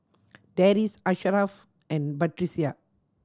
Deris Asharaff and Batrisya